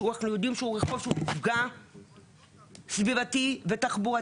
שאנחנו יודעים שהוא רחוב שהוא מפגע סביבתי ותחבורתי